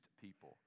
people